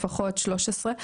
לפחות 13,